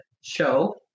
show